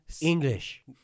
English